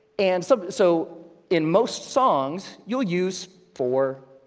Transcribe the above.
and so so in most songs you'll use four,